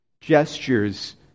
gestures